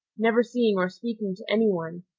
never seeing or speaking to any one,